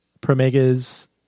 Promega's